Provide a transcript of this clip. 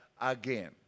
again